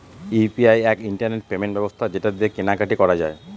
UPI এক internet payment ব্যবস্থা যেটা দিয়ে কেনা কাটি করা যায়